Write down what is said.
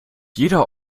jeder